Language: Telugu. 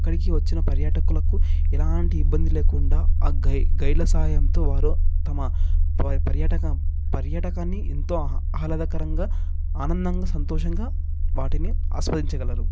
అక్కడికి వచ్చిన పర్యాటకులకు ఎలాంటి ఇబ్బంది లేకుండా ఆ గైడ్ గైడ్ల సాయంతో వారు తమ పర్యాటక పర్యటకాన్ని ఎంతో ఆహ్లా ఆహ్లాదకరంగా ఆనందంగా సంతోషంగా వాటిని ఆస్వాదించగలరు